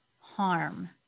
harm